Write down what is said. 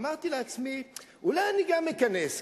אמרתי לעצמי: אולי אני גם אכנס,